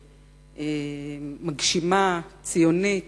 מגשימה, ציונית,